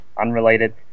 unrelated